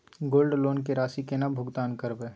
Gold loan के राशि केना भुगतान करबै?